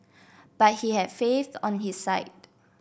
but he had faith on his side